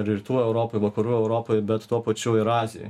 ir rytų europoj vakarų europoj bet tuo pačiu ir azijoj